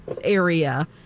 area